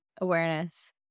Awareness